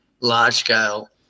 large-scale